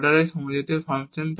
order এর সমজাতীয় function